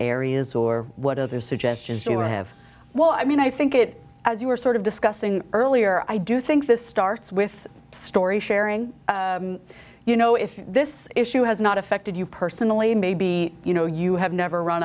areas or what are their suggestions to have well i mean i think it as you were sort of discussing earlier i do think this starts with story sharing you know if this issue has not affected you personally and may be you know you have never run